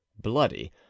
bloody